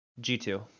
G2